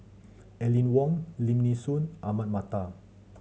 Aline Wong Lim Nee Soon Ahmad Mattar